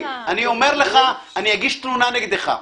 אני אומר לך שאני אגיש תלונה נגדך.